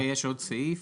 אדוני, יש עוד סעיף.